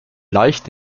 leicht